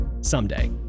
someday